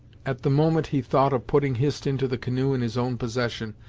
at the moment he thought of putting hist into the canoe in his own possession,